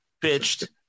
pitched